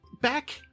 Back